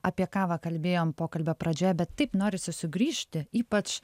apie kavą kalbėjom pokalbio pradžioje bet taip norisi sugrįžti ypač